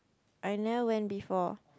I never went before